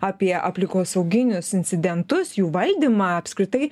apie aplinkosauginius incidentus jų valdymą apskritai